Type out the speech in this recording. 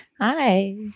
Hi